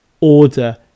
order